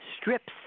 strips